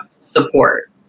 support